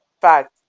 fact